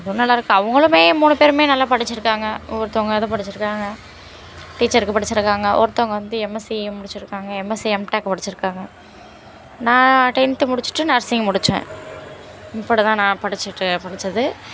அதுவும் நல்லாயிருக்கு அவங்களுமே மூணு பேருமே நல்லா படித்திருக்காங்க ஒருத்தங்க இது படித்திருக்காங்க டீச்சருக்கு படித்திருக்காங்க ஒருத்தங்க வந்து எம்எஸ்சி முடித்திருக்காங்க எம்எஸ்சி எம்டெக்கு முடித்திருக்காங்க நான் டென்த்து முடிச்சுட்டு நர்சிங்கு முடித்தேன் இப்படி தான் நான் படிச்சுட்டு படித்தது